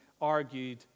argued